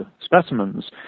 specimens